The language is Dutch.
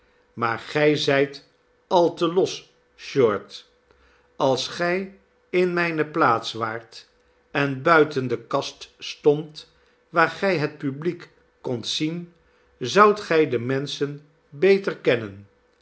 maar gij zijt al te los short als gij in mijne plaats waart en buiten de kast stondt waar gij het publiek kondt zien zoudt gij de menschen beter kennen